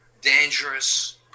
dangerous